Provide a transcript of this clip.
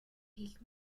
ich